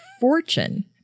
fortune